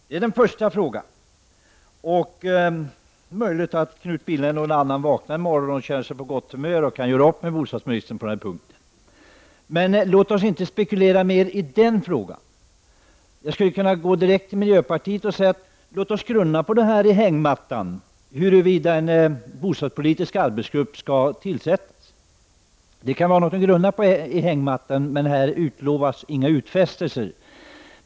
Det är möjligt att Knut Billing eller någon annan vaknar en morgon och känner sig på gott humör och då kan göra upp med bostadsministern på denna punkt, men låt oss ine spekulera mer i den frågan. Jag skulle kunna gå till miljöpartiet och säga: Låt oss, när vi ligger i hängmattan, grunna på om det skall tillsättas en bostadspolitisk arbetsgrupp. Det kan vara något att fundera över, men här görs inga utfästelser.